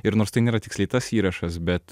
ir nors tai nėra tiksliai tas įrašas bet